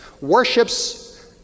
worships